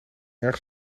erg